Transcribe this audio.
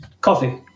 Coffee